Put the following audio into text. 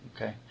Okay